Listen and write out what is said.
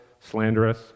slanderous